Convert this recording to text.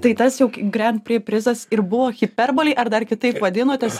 tai tas jau grand prix prizas ir buvo hiperbolei ar dar kitaip vadinotės